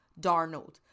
Darnold